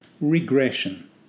Regression